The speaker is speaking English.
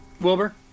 wilbur